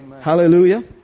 Hallelujah